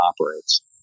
operates